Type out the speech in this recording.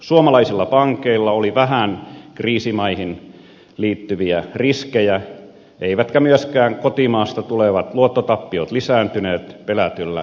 suomalaisilla pankeilla oli vähän kriisimaihin liittyviä riskejä eivätkä myöskään kotimaasta tulevat luottotappiot lisääntyneet pelätyllä tavalla